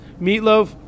Meatloaf